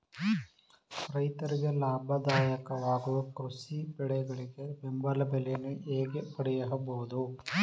ರೈತರಿಗೆ ಲಾಭದಾಯಕ ವಾಗುವ ಕೃಷಿ ಬೆಳೆಗಳಿಗೆ ಬೆಂಬಲ ಬೆಲೆಯನ್ನು ಹೇಗೆ ಪಡೆಯಬಹುದು?